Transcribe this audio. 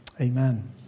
Amen